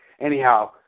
Anyhow